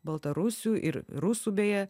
baltarusių ir rusų beje